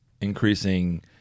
increasing